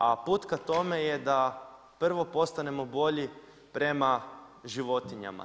A put ka tome je da prvo postanemo bolji prema životinjama.